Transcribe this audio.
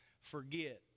forget